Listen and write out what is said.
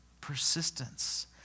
persistence